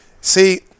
See